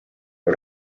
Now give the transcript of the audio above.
kui